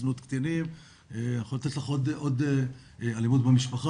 זנות קטינים, אני יכול לתת לך עוד, אלימות במשפחה.